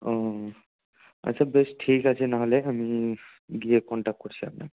ও আচ্ছা বেশ ঠিক আছে নাহলে আমি গিয়ে কন্ট্যাক্ট করছি আপনাকে